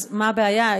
אז מה הבעיה,